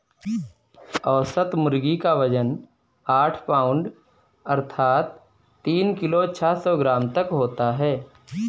औसत मुर्गी क वजन आठ पाउण्ड अर्थात तीन किलो छः सौ ग्राम तक होता है